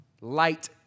light